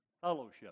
fellowship